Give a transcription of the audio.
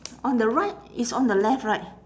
on the right it's on the left right